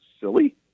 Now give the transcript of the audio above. silly